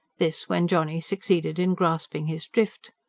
this when johnny succeeded in grasping his drift.